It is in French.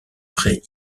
pré